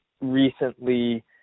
recently